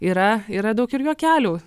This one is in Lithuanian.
yra yra daug ir juokelių